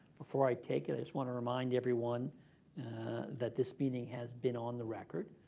before i take it, i just want to remind everyone that this meeting has been on the record.